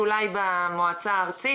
יהיו בעורף ולא בלב השדה.